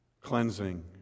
Cleansing